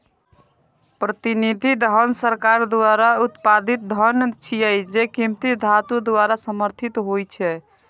प्रतिनिधि धन सरकार द्वारा उत्पादित धन छियै, जे कीमती धातु द्वारा समर्थित होइ छै